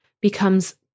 becomes